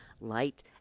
light